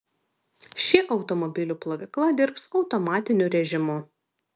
ši automobilių plovykla dirbs automatiniu rėžimu